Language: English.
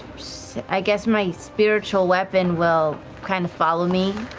i guess my spiritual weapon will kind of follow me.